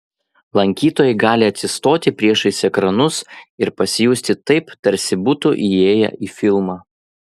lankytojai gali atsistoti priešais ekranus ir pasijusti taip tarsi būtų įėję į filmą